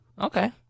Okay